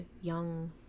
young